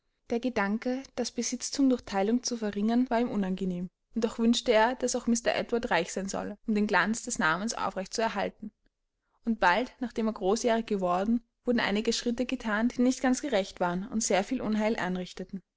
der gedanke das besitztum durch teilung zu verringern war ihm unangenehm und doch wünschte er daß auch mr edward reich sein solle um den glanz des namens aufrecht zu erhalten und bald nachdem er großjährig geworden wurden einige schritte gethan die nicht ganz gerecht waren und sehr viel unheil anrichteten